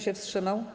się wstrzymał?